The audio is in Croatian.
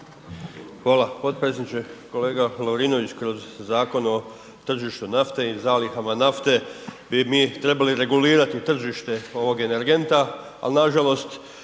Hvala potpredsjedniče. Kolega Lovrinović, kroz Zakon o tržištu nafte i zalihama nafte bi mi trebali regulirati tržište ovog energenta ali nažalost